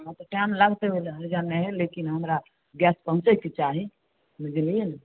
हँ तऽ टाइम लागत तऽ ओहि लऽ हर्जा नहि हय लेकिन हमरा गैस पहुँचैके चाही बुझलियै ने